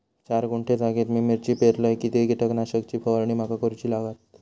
चार गुंठे जागेत मी मिरची पेरलय किती कीटक नाशक ची फवारणी माका करूची लागात?